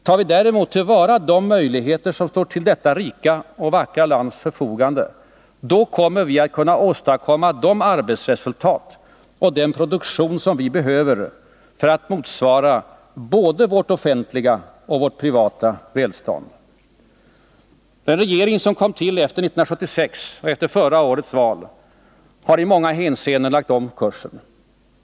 Tar vi däremot till vara de möjligheter som står till detta rika och vackra lands förfogande, då kommer vi att kunna åstadkomma de arbetsresultat och den produktion som vi behöver för att motsvara både vårt offentliga och vårt privata välstånd. Den regering som kom till efter 1976 och efter förra årets val har i många hänseenden lagt om kursen.